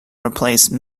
replace